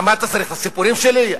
למה, אתה צריך את הסיפורים שלי?